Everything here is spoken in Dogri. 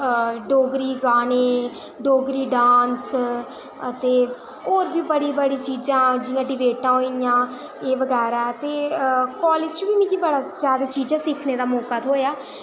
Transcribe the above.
डोगरी गाने डोगरी डांस ते होर बी बड़ी बड़ी चीज़ां जि'यां डिबेटां होई गेइयां ते एह् बगैरा ते कॉलेज बी मिगी बड़ी ज्यादा चीज़ां सिक्खने दा मौका थ्होआ